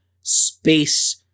space